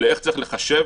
לאיך צריך לחשב